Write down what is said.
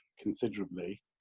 considerably